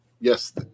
yes